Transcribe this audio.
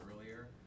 earlier